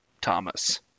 Thomas